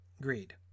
Greed